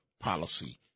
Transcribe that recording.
policy